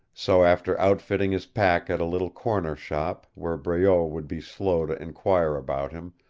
so after outfitting his pack at a little corner shop, where breault would be slow to enquire about him,